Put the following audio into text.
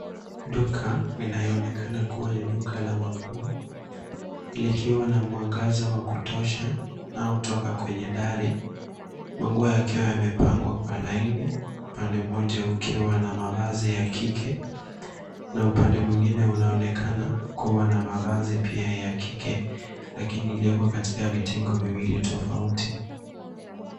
Duka inayoonekana kuwa ni duka la manguo likiwa na mwangaza wa kutosha na unaotoka kwenye dari manguo yakiwa yamepangwa kwa laini pande moja ukiwa na mavazi ya kike na upande mwingine unaonekana kuwa na mavazi pia ya kike ,lakini iliyoko katika vitengo viwili tofauti.